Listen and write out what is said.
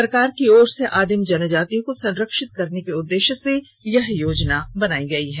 सरकार की ओर से आदिम जनजातियों को संरक्षित करने के उद्देश्य से यह योजना बनायी गयी है